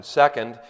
second